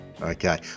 Okay